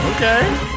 Okay